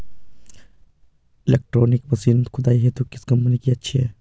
Electronic machine खुदाई हेतु किस कंपनी की अच्छी है?